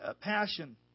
passion